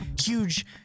huge